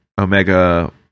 Omega